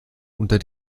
unter